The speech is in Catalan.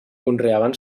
conreaven